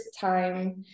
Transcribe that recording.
time